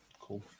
Cool